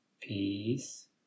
Peace